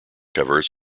covers